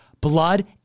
Blood